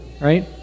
right